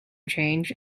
change